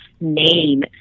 name